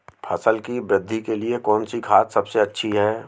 फसल की वृद्धि के लिए कौनसी खाद सबसे अच्छी है?